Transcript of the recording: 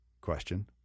question